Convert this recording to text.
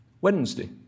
Wednesday